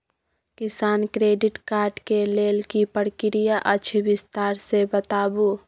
किसान credit card के लेल की प्रक्रिया अछि विस्तार से बताबू?